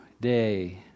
day